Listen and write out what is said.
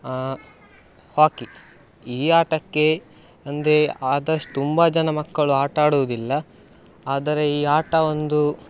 ಹಾಕಿ ಈ ಆಟಕ್ಕೆ ಅಂದರೆ ಆದಷ್ಟು ತುಂಬ ಜನ ಮಕ್ಕಳು ಆಟ ಆಡುವುದಿಲ್ಲ ಆದರೆ ಈ ಆಟ ಒಂದು